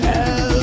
Hell